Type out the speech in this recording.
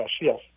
Yes